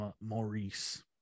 Maurice